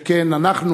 שכן אנחנו,